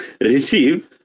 receive